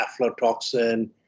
aflatoxin